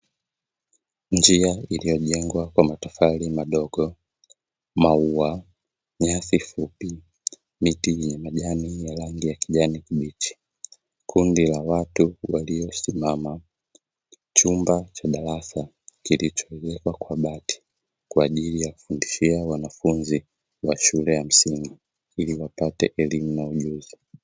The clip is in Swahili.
Njia iliyojengwa kwa matofari madogo, maua, nyasi fupi, miti yenye rangi ya kijani kibichi, kundi la watu walio simamama, chumba cha darasa kilicho ezekwa kwa bati kwa ajili ya kufundishia wanafunzi wa shule ya msingi ili wapate elimu na ujuzi.